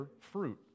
fruit